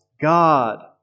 God